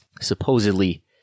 supposedly